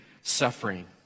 suffering